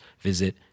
visit